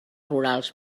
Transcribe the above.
rurals